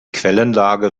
quellenlage